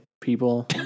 people